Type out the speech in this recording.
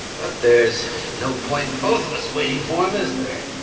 but there's no point in both of us waiting for him, is there?